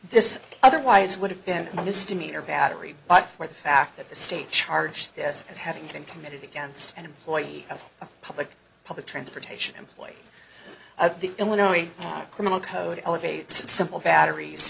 this otherwise would have been a misdemeanor battery but for the fact that the state charge this as having been committed against an employee of a public public transportation employee of the illinois criminal code elevates simple batteries